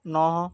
ନଅ